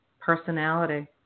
personality